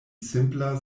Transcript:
simpla